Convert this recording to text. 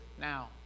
now